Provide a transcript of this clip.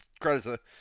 credits